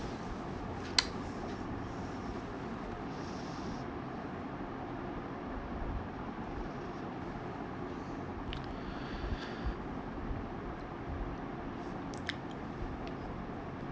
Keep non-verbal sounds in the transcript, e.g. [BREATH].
[BREATH]